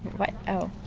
what? oh.